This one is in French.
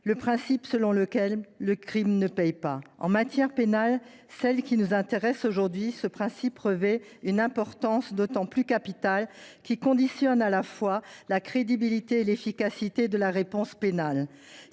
le principe selon lequel le crime ne paie pas. En matière pénale, ce principe revêt une importance d’autant plus capitale qu’il conditionne à la fois la crédibilité et l’efficacité de la réponse pénale.